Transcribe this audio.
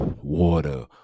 water